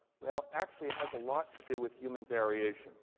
well, actually, it has a lot to do with human variation.